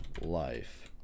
life